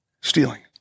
Stealing